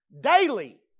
daily